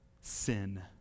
sin